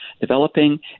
developing